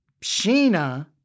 Sheena